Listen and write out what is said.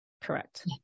correct